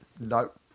Nope